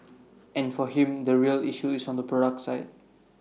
and for him the real issue is on the product side